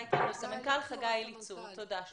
בבקשה.